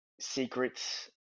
Secrets